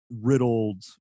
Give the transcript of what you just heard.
riddled